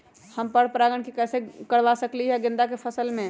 हम पर पारगन कैसे करवा सकली ह गेंदा के फसल में?